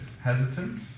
hesitant